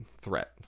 threat